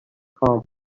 خواهم